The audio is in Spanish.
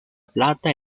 plata